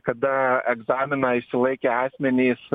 kada egzaminą išsilaikę asmenys